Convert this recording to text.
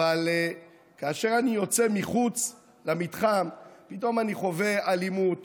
אבל כאשר אני יוצא מחוץ למתחם פתאום אני חווה אלימות